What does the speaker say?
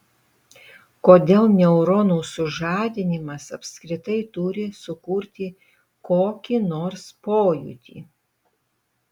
kodėl neuronų sužadinimas apskritai turi sukurti kokį nors pojūtį